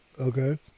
Okay